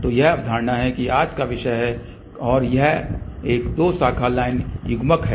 तो यह अवधारणा है जो आज का विषय है और यह एक दो शाखा लाइन युग्मक है